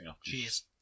Cheers